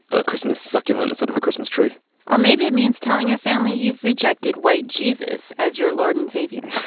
a christmas succulent instead of a christmas tree or maybe it means telling your family you've rejected white jesus as your lord and savior